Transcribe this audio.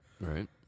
Right